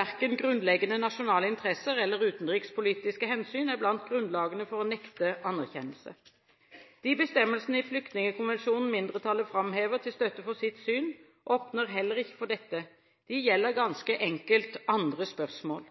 Verken grunnleggende nasjonale interesser eller utenrikspolitiske hensyn er blant grunnlagene for å nekte anerkjennelse. De bestemmelsene i Flyktningkonvensjonen mindretallet framhever til støtte for sitt syn, åpner heller ikke for dette. De gjelder ganske enkelt andre spørsmål.